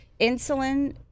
insulin